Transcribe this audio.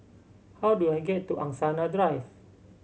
how do I get to Angsana Drive